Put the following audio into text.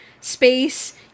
space